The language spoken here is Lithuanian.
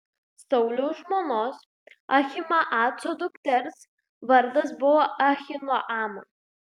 sauliaus žmonos ahimaaco dukters vardas buvo ahinoama